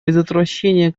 предотвращение